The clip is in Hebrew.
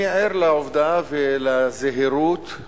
אני ער לעובדה, ולזהירות,